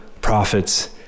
prophets